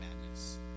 madness